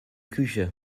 küche